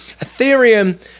Ethereum